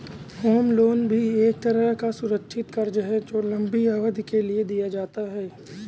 home loan भी एक तरह का सुरक्षित कर्ज है जो लम्बी अवधि के लिए दिया जाता है